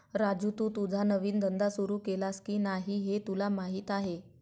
राजू, तू तुझा नवीन धंदा सुरू केलास की नाही हे तुला माहीत आहे